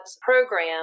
program